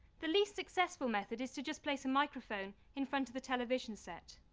the least successful method is to just place a microphone in front of the television set.